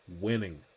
winning